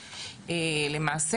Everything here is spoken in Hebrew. למעשה,